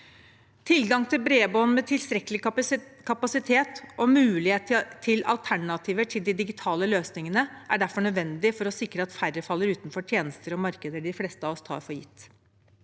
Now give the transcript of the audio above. Tilgang til bredbånd med tilstrekkelig kapasitet og mulighet til alternativer til de digitale løsningene er derfor nødvendig for å sikre at færre faller utenfor tjenester og markeder de fleste av oss tar for gitt.